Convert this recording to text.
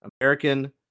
American